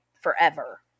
forever